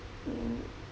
mm